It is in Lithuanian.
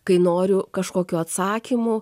kai noriu kažkokių atsakymų